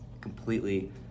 completely